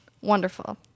Wonderful